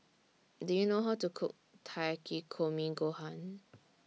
Do YOU know How to Cook Takikomi Gohan